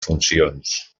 funcions